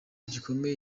gikomere